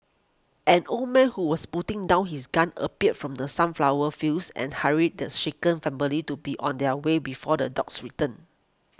an old man who was putting down his gun appeared from the sunflower fields and hurried the shaken family to be on their way before the dogs return